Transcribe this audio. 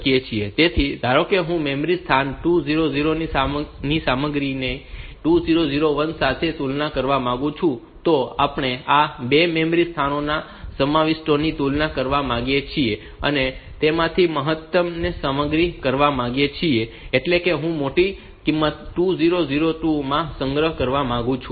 તેથી ધારો કે હું મેમરી સ્થાન 2000 ની સામગ્રીની 2001 સાથે તુલના કરવા માંગુ છું તો આપણે આ 2 મેમરી સ્થાનોના સમાવિષ્ટોની તુલના કરવા માંગીએ છીએ અને તેમાંથી મહત્તમને સંગ્રહિત કરવા માંગીએ છીએ એટલે કે હું મોટી કિંમતને 2002 માં સંગ્રહ કરવા માંગુ છું